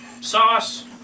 sauce